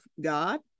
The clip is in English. God